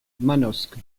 manosque